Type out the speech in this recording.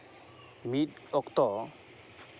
ᱢᱤᱫ ᱚᱠᱛᱚ